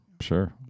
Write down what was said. Sure